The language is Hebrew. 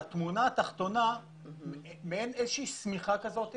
באסדה שיכול להיות שהוא זה שמחולל תקלות.